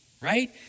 right